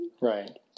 Right